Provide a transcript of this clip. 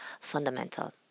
fundamental